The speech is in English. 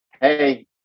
Hey